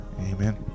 Amen